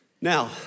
Now